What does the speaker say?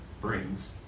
brings